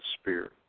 spirit